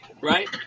Right